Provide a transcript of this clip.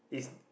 it's